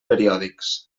periòdics